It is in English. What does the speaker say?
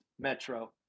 metro